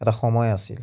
এটা সময় আছিল